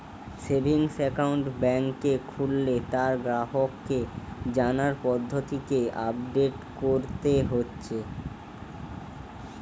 savings account বেংকে খুললে তার গ্রাহককে জানার পদ্ধতিকে আপডেট কোরতে হচ্ছে